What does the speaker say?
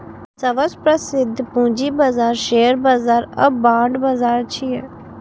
सबसं प्रसिद्ध पूंजी बाजार शेयर बाजार आ बांड बाजार छियै